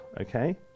okay